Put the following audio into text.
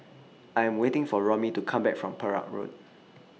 I'm waiting For Romie to Come Back from Perak Road